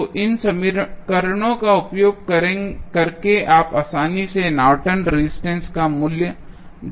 तो इन समीकरणों का उपयोग करके आप आसानी से नॉर्टन रेजिस्टेंस Nortons resistance का मूल्य जान सकते हैं